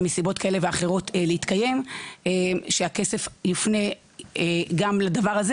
מסיבות כאלה ואחרות להתקיים שהכסף יופנה גם לדבר הזה,